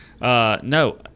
No